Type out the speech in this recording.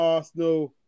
Arsenal